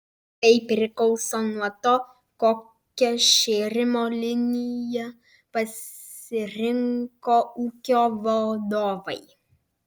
tai priklauso nuo to kokią šėrimo liniją pasirinko ūkio vadovai